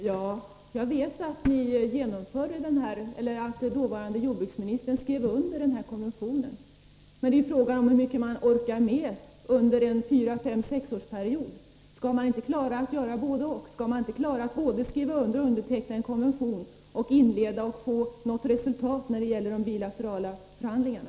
Herr talman! Ja, jag vet att den dåvarande jordbruksministern skrev under den här konventionen. Men frågan är hur mycket man orkar med under en period om fyra fem sex år. Skall han inte klara både att underteckna en konvention och att få till stånd något resultat av de bilaterala förhandlingarna?